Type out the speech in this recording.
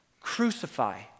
Crucify